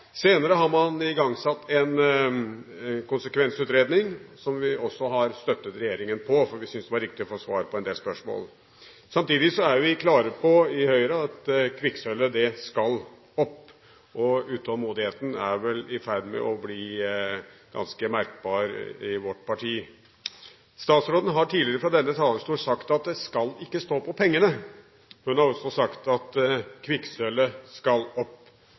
Senere har man igangsatt en konsekvensutredning, som vi også har støttet regjeringen på, for vi syns det var viktig å få svar på en del spørsmål. Samtidig er vi i Høyre klare på at kvikksølvet skal opp, og utålmodigheten er vel i ferd med å bli ganske merkbar i vårt parti. Statsråden har tidligere fra denne talerstolen sagt at det ikke skal stå på pengene. Hun har også sagt at kvikksølvet skal opp.